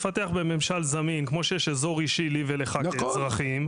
לפתח בממשל זמין כמו שיש אזור אישי לי ולך כאזרחים,